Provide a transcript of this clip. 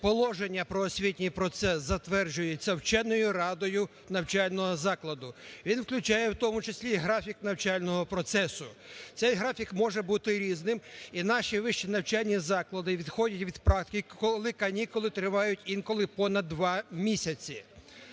положення про освітній процес затверджується вченою радою навчального закладу, він включає, в тому числі і графік навчального процесу. Цей графік може бути різним і наші вищі навчальні заклади відходять від практики, коли канікули тривають понад два місяці,